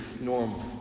normal